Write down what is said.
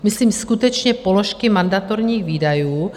Myslím skutečně položky mandatorních výdajů.